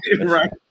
Right